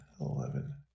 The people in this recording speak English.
eleven